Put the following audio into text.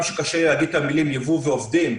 שקשה להגיד את המילים "יבוא" ו"עובדים",